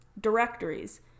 directories